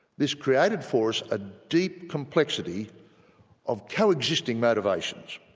this created for us a deep complexity of coexisting motivations